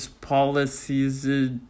policies